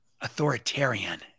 authoritarian